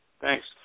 Thanks